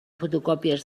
fotocòpies